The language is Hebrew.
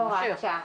היא לא הוראת שעה.